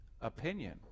opinion